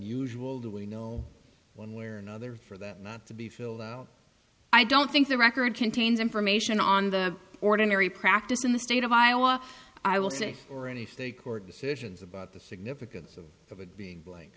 unusual do we know one way or another for that not to be filled out i don't think the record contains information on the ordinary practice in the state of iowa i will say for any state court decisions about the significance of it being